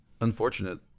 Unfortunate